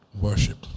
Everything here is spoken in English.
Worship